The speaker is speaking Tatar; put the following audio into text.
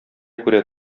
күрә